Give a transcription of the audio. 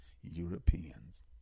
Europeans